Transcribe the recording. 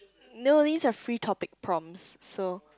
no these are free topic prompts so